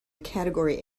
category